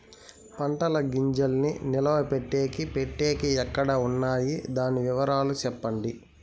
పంటల గింజల్ని నిలువ పెట్టేకి పెట్టేకి ఎక్కడ వున్నాయి? దాని వివరాలు సెప్పండి?